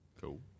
Cool